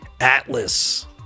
Atlas